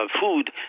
food